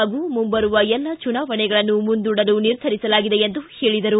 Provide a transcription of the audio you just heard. ಹಾಗೂ ಮುಂಬರುವ ಎಲ್ಲ ಚುನಾವಣೆಗಳನ್ನು ಮುಂದೂಡಲು ನಿರ್ಧರಿಸಲಾಗಿದೆ ಎಂದು ಹೇಳಿದರು